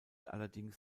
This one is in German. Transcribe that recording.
allerdings